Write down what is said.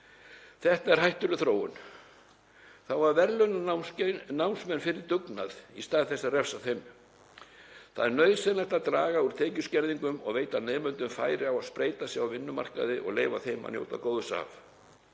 Þetta er hættuleg þróun. Það á að verðlauna námsmenn fyrir dugnað í stað þess að refsa þeim. Það er nauðsynlegt að draga úr tekjuskerðingum og gefa nemendum færi á að spreyta sig á vinnumarkaði og leyfa þeim að njóta góðs af.